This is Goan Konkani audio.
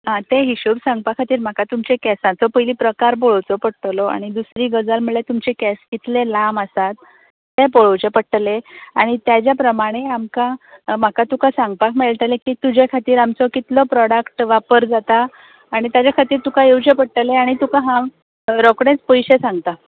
हं ते हिशोब सांगपा खातीर म्हाका तुमच्या केंसांचो पयली प्रकार पळोवचो पडटलो आनी दुसरी गजाल म्हळ्यार तुमचे केंस कितले लांब आसात ते पळोवचें पडटले आनी ताच्या प्रमाणे आमकां म्हाका तुका सांगपाक मेळटले की तुज्या खातीर आमचो कितलो प्रोडाक्ट वापर जाता आनी ताच्या खातीर तुका येवचें पडटलें आनी तुका हांव रोखडेंच पयशे सांगतां